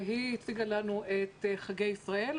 והיא הציגה לנו את חגי ישראל.